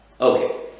Okay